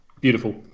Beautiful